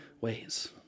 ways